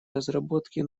разработки